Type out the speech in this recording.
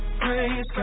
praise